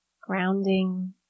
grounding